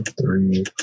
three